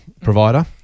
provider